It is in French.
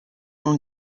ont